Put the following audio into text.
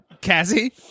Cassie